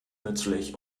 nützlich